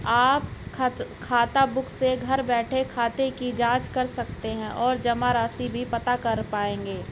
आप खाताबुक से घर बैठे खाते की जांच कर सकते हैं और जमा राशि भी पता कर पाएंगे